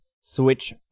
Switch